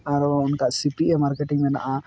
ᱟᱨᱚ ᱚᱱᱠᱟ C P A marketing ᱢᱮᱱᱟᱜᱼᱟ